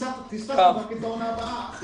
פספסנו את העונה הבאה.